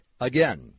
Again